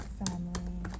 family